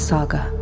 Saga